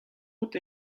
out